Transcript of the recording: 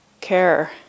care